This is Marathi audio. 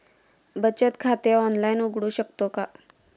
बचत खाते ऑनलाइन उघडू शकतो का?